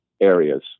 areas